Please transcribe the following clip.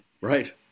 Right